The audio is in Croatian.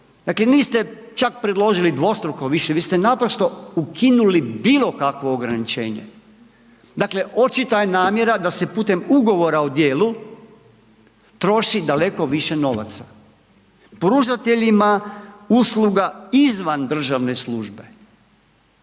dakle niste čak predložili dvostruko više, vi ste naprosto ukinuli bilo kakvo ograničenje. Dakle očita je namjera da se putem ugovora o djelu troši daleko više novaca pružateljima usluga izvan državne službe.